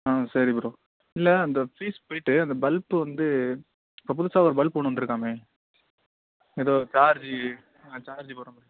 ஆ சரி ப்ரோ இல்லை அந்த ஃபீஸ் போய்ட்டு அந்த பல்ப்பு வந்து இப்போ புதுசாக ஒரு பல்ப்பு ஒன்று வந்திருக்காமே ஏதோ சார்ஜி ஆ சார்ஜி போடுற மாதிரி